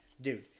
Dude